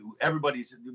everybody's